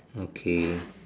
okay